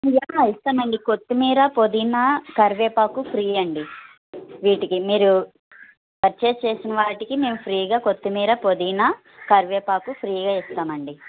yeah ఇస్తాం అండి కొత్తిమీర పుదీనా కరివేపాకు ఫ్రీ అండి వీటికి మీరు పర్చేజ్ చేసిన వాటికి మేము ఫ్రీగా కొత్తిమీర పుదీనా కరివేపాకు ఫ్రీగా ఇస్తాం అండి